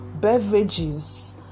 beverages